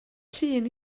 llun